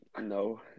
no